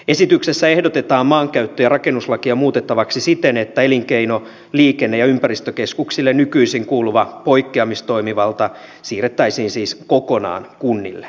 esityksessä ehdotetaan maankäyttö ja rakennuslakia muutettavaksi siten että elinkeino liikenne ja ympäristökeskuksille nykyisin kuuluva poikkeamistoimivalta siirrettäisiin siis kokonaan kunnille